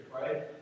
right